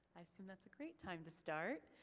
i assume that's a great time to start.